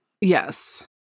Yes